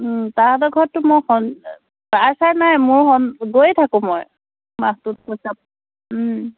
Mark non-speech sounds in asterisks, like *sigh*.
তাহঁতৰ ঘৰততো মই *unintelligible* sir sir নাই মোৰ *unintelligible* গৈয়ে থাকোঁ মই মাহটোত পইচা